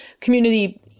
community